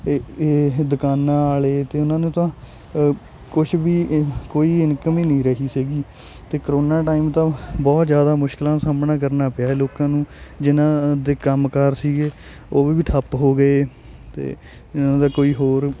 ਅਤੇ ਇਹ ਦੁਕਾਨਾਂ ਵਾਲੇ ਅਤੇ ਉਹਨਾਂ ਨੂੰ ਤਾਂ ਕੁਛ ਵੀ ਕੋਈ ਇਨਕਮ ਹੀ ਨਹੀਂ ਰਹੀ ਸੀਗੀ ਅਤੇ ਕਰੋਨਾ ਟਾਈਮ ਤਾਂ ਬਹੁਤ ਜ਼ਿਆਦਾ ਮੁਸ਼ਕਿਲਾਂ ਸਾਹਮਣਾ ਕਰਨਾ ਪਿਆ ਲੋਕਾਂ ਨੂੰ ਜਿਹਨਾਂ ਦੇ ਕੰਮਕਾਰ ਸੀਗੇ ਉਹ ਵੀ ਠੱਪ ਹੋ ਗਏ ਅਤੇ ਜਿਹਨਾਂ ਦਾ ਕੋਈ ਹੋਰ